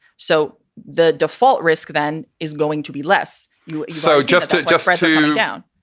so the default risk then is going to be less so just to just down,